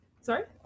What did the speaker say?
Sorry